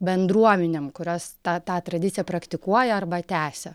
bendruomenėm kurios tą tą tradiciją praktikuoja arba tęsia